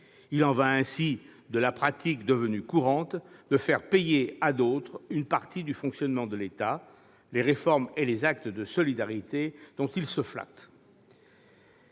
Il en va ainsi de la pratique, devenue courante, consistant à faire payer à d'autres une partie du fonctionnement de l'État, les réformes et les actes de solidarité dont il se flatte.